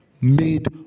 made